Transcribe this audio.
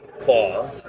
claw